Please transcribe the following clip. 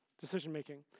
decision-making